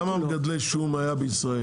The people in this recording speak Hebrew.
כמה מגדלי שום היו בישראל?